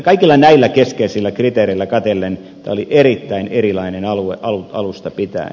kaikilla näillä keskeisillä kriteereillä katsellen tämä oli erittäin erilainen alue alusta pitäen